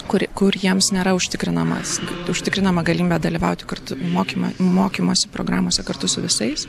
kur kur jiems nėra užtikrinamas užtikrinama galimybė dalyvauti kartu mokymo mokymosi programose kartu su visais